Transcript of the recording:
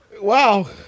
Wow